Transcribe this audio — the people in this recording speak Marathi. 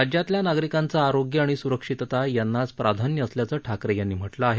राज्यातल्या नागरिकांचं आरोग्य आणि स्रक्षितता यांनाच प्राधान्य असल्याचं ठाकरे यांनी म्हटलं आहे